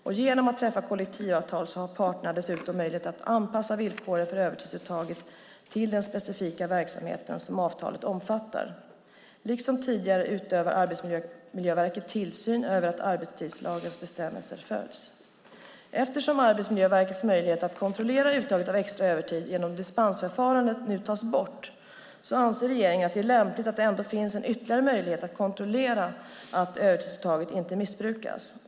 Och genom att träffa kollektivavtal har parterna dessutom möjlighet att anpassa villkoren för övertidsuttaget till den specifika verksamhet som avtalet omfattar. Liksom tidigare utövar Arbetsmiljöverket tillsyn över att arbetstidslagens bestämmelser följs. Eftersom Arbetsmiljöverkets möjlighet att kontrollera uttaget av extra övertid genom att dispensförfarandet nu tas bort anser regeringen att det är lämpligt att det ändå finns en ytterligare möjlighet att kontrollera att övertidsuttaget inte missbrukas.